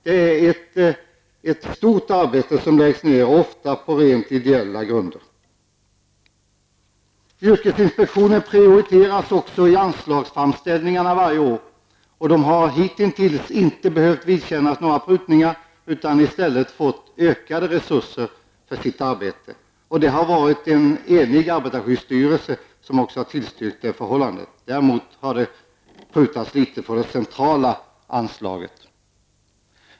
Det är ett stort arbete som läggs ner, ofta på rent ideella grunder. Yrkesinspektionen prioriteras också i anslagsframställningarna varje år och har hitintills inte behövt vidkännas några prutningar utan i stället fått ökade resurser för sitt arbete. En enig arbetarskyddsstyrelse har också tillstyrkt det förhållandet. Däremot har det prutats litet på det centrala anslaget.